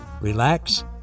relax